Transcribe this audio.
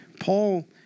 Paul